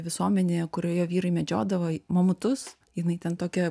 visuomenėje kurioje vyrai medžiodavo mamutus jinai ten tokią